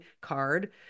card